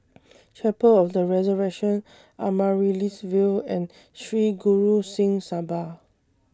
Chapel of The Resurrection Amaryllis Ville and Sri Guru Singh Sabha